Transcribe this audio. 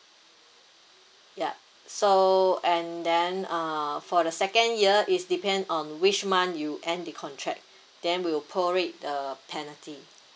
yup so and then uh for the second year is depend on which month you end the contract then we'll pro rate the penalty